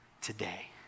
today